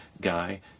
guy